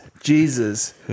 Jesus